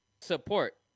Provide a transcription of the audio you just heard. Support